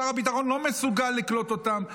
שר הביטחון לא מסוגל לקלוט אותם,